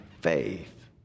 faith